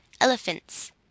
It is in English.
elephants